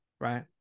right